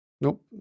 Nope